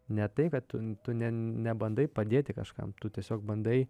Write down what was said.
ne tai kad tu ne nebandai padėti kažkam tu tiesiog bandai